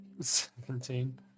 Seventeen